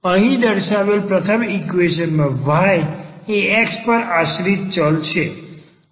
અહીં દર્શાવેલ પ્રથમ ઈક્વેશન માં y એ x પર આશ્રિત ચલ છે